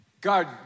God